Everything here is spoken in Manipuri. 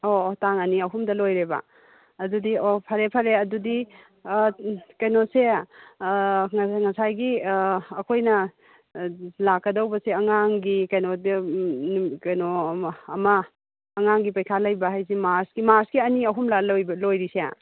ꯑꯣ ꯑꯣ ꯇꯥꯡ ꯑꯅꯤ ꯑꯍꯨꯝꯗ ꯂꯣꯏꯔꯦꯕ ꯑꯗꯨꯗꯤ ꯑꯣ ꯐꯔꯦ ꯐꯔꯦ ꯑꯗꯨꯗꯤ ꯀꯩꯅꯣꯁꯦ ꯉꯁꯥꯏ ꯉꯁꯥꯏꯒꯤ ꯑꯩꯈꯣꯏꯅ ꯂꯥꯛꯀꯗꯧꯕꯁꯦ ꯑꯉꯥꯡꯒꯤ ꯀꯩꯅꯣꯗ ꯀꯩꯅꯣ ꯑꯃ ꯑꯃ ꯑꯉꯥꯡꯒꯤ ꯄꯔꯤꯈꯥ ꯂꯩꯕ ꯍꯥꯏꯁꯦ ꯃꯥꯔꯆꯀꯤ ꯃꯥꯔꯆꯀꯤ ꯑꯅꯤ ꯑꯍꯨꯝꯂꯥ ꯂꯣꯏꯕ ꯂꯣꯏꯔꯤꯁꯦ